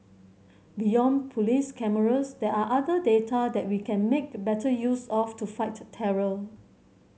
beyond police cameras there are other data that we can make the better use of to fight terror